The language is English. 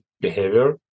behavior